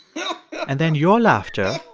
yeah and then your laughter.